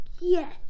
Yes